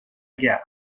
gare